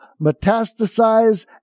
metastasize